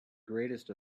greatest